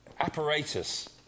apparatus